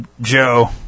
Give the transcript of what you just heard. Joe